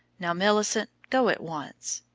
now, millicent, go at once.